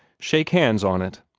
shake hands on it.